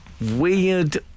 Weird